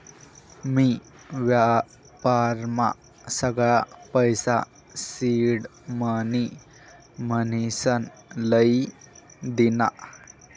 मी व्यापारमा सगळा पैसा सिडमनी म्हनीसन लई दीना